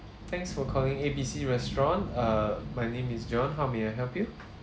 thanks for calling A B C restaurant uh my name is john how may I help you